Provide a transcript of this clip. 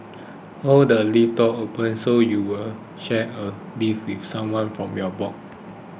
hold the lift door open so you'll share a lift with someone from your block